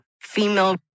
female